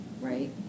right